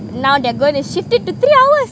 now they're going to shift it to three hours